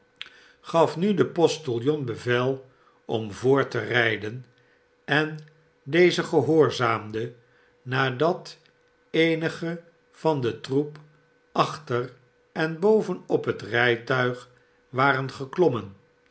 gaf nu den postiljon bevel om voort te rijden en deze gehoorzaamde nadat eenigen van den troep achter en boven op het rijtuig waren geklommen